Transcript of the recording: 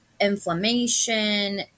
inflammation